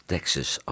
Texas